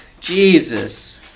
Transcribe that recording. Jesus